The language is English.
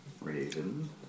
Raven